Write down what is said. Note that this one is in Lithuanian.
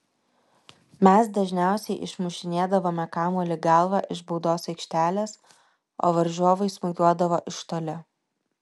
mes dažniausiai išmušinėdavome kamuolį galva iš baudos aikštelės o varžovai smūgiuodavo iš toli